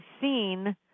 seen